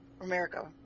America